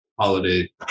holiday